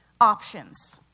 options